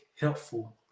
helpful